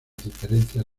diferencias